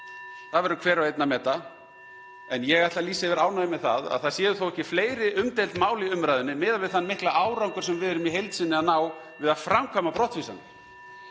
Það verður hver og einn að meta. En ég ætla að lýsa yfir ánægju með að það séu þó ekki fleiri umdeild mál í umræðunni miðað við (Forseti hringir.) þann mikla árangur sem við erum í heild sinni að ná við að framkvæma brottvísanir.